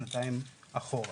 שנתיים אחרונה,